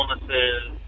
illnesses